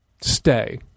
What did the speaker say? stay